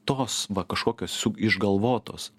tos va kažkokios su išgalvotos